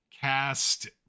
cast